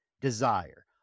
desire